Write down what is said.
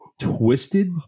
twisted